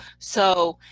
so,